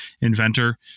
inventor